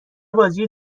بازی